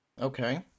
Okay